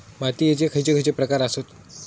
मातीयेचे खैचे खैचे प्रकार आसत?